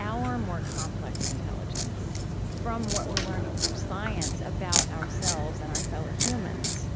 our more complex intelligence from what we're learning through science about ourselves and our fellow humans,